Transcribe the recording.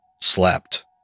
slept